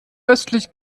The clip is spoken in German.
östlich